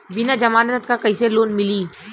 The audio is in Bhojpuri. बिना जमानत क कइसे लोन मिली?